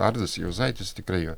arvydas juozaitis tikrai jo